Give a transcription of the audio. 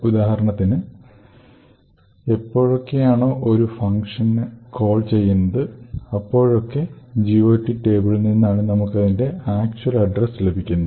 ഉദാഹരണത്തിന് എപ്പോഴൊക്കെയാണോ ഒരു ഫങ്ഷനെ കോൾ ചെയ്യുന്നത് അപ്പോഴൊക്കെ GOT ടേബിളിൽനിന്നാണ് നമുക് അതിന്റെ ആക്ച്വൽ അഡ്രസ് ലഭിക്കുന്നത്